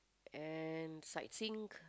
and sightseeing